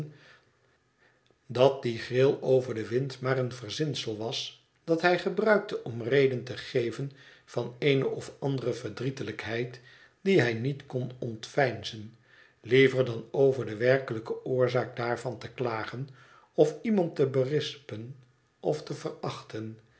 dat die gril over den wind maar een verzinsel was dat hij gebruikte om reden te geven van eene of andere verdrietelijkheid die hij niet kon ontveinzen liever dan over de werkelijke oorzaak daarvan te klagen of iemand te berispen of te verachten